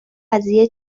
قضیه